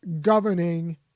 governing